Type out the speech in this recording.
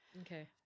Okay